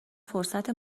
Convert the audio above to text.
فرصت